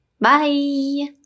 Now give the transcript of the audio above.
Bye